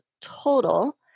total